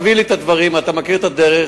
תביא לי את הדברים, אתה מכיר את הדרך.